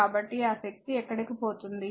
కాబట్టి ఆ శక్తి ఎక్కడికి పోతుంది